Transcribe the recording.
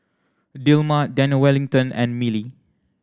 Dilmah Daniel Wellington and Mili